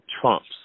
trumps